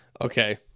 Okay